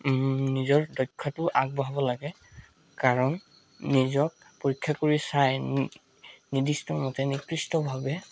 নিজৰ দক্ষতাটো আগবঢ়াব লাগে কাৰণ নিজক পৰীক্ষা কৰি চাই নি নিৰ্দিষ্টমতে নিকৃষ্টভাৱে